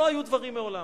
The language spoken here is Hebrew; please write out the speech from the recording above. לא היו דברים מעולם.